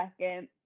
second